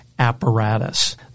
apparatus